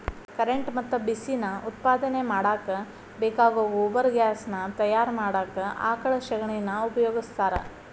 current ಮತ್ತ ಬಿಸಿ ನಾ ಉತ್ಪಾದನೆ ಮಾಡಾಕ ಬೇಕಾಗೋ ಗೊಬರ್ಗ್ಯಾಸ್ ನಾ ತಯಾರ ಮಾಡಾಕ ಆಕಳ ಶಗಣಿನಾ ಉಪಯೋಗಸ್ತಾರ